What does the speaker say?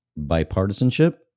Bipartisanship